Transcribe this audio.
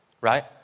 right